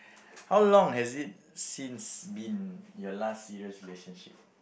how long has it since been your last serious relationship